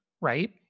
right